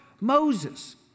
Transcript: Moses